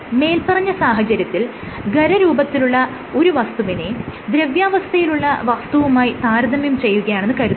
മേല്പറഞ്ഞ സാഹചര്യത്തിൽ ഖരരൂപത്തിലുള്ള ഒരു വസ്തുവിനെ ദ്രവ്യാവസ്ഥയിലുള്ള വസ്തുവുമായി താരതമ്യം ചെയ്യുകയാണെന്ന് കരുതുക